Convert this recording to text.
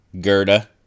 Gerda